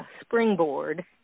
springboard